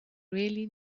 really